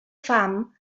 fam